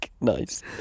Nice